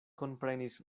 komprenis